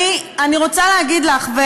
אני רוצה להגיד לך,